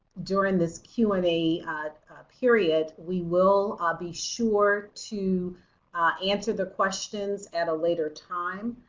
during this q and a period we will ah be sure to answer the questions at a later time.